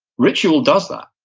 ritual does that,